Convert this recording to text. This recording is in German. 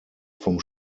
vom